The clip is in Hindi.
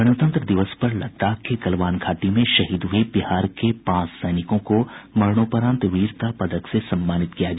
गणतंत्र दिवस पर लद्दाख के गलवान घाटी में शहीद हुए बिहार के पांच सैनिकों को मरणोपरांत वीरता पदक से सम्मानित किया गया